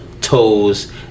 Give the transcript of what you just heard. toes